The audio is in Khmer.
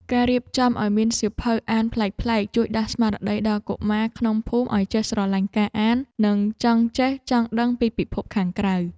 ការរៀបចំឱ្យមានសៀវភៅអានប្លែកៗជួយដាស់ស្មារតីដល់កុមារក្នុងភូមិឱ្យចេះស្រឡាញ់ការអាន និងចង់ចេះចង់ដឹងពីពិភពខាងក្រៅ។